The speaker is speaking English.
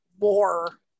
more